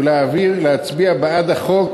ולהצביע בעד החוק